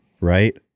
Right